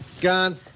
gone